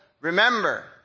remember